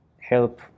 help